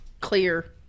clear